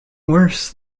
worse